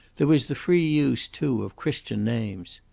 there was the free use, too, of christian names.